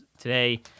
today